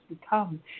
become